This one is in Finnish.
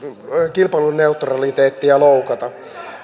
kilpailuneutraliteettia loukata